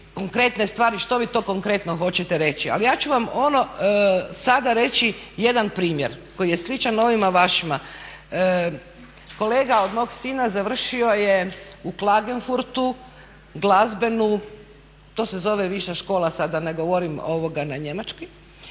konkretne stvari, što vi to konkretno hoćete reći. Ali ja ću vam sada reći jedan primjer koji je sličan ovim vašima. Kolega od mog sina završio je u Klagenfurtu glazbenu, to se zove Viša škola sad da ne govorim na njemački.